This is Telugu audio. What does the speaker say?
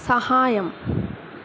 సహాయం